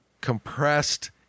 compressed